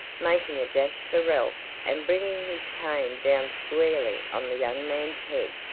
making a dash for ralph and bringing his cane down squarely on the young man's head,